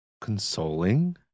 consoling